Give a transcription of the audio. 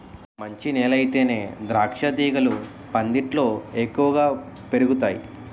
మంచి నేలయితేనే ద్రాక్షతీగలు పందిట్లో ఎక్కువ పెరుగతాయ్